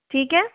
ठीक है